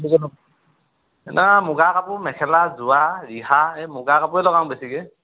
ন মুগা কাপোৰ মেখেলা ৰিহা এই মুগা কাপোৰে লগাওঁ বেছিকে